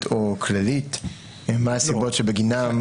או כללית מה הסיבות שבגינן --- לא,